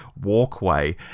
walkway